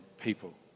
people